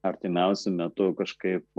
artimiausiu metu kažkaip